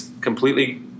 completely